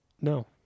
No